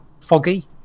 foggy